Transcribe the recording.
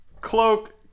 Cloak